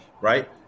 right